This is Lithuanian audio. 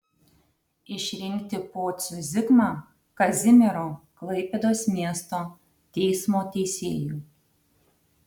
išrinkti pocių zigmą kazimiero klaipėdos miesto teismo teisėju